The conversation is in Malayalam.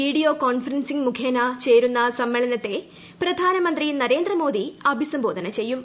വീഡിയോ കോൺഫറൻസിംഗ് മുഖേന ചേരുന്ന സമ്മേളനത്തെ പ്രധാനമന്ത്രി നരേന്ദ്രമോദി അഭിസംബോധന ചെയ്യും